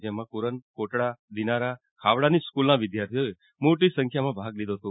જેમાં કુરન કોટડા દિનારા ખાવડાની સ્કૂલના વિદ્યાર્થીઓએ મોટી સંખ્યામાં ભાગ લીધો હતો